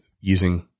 using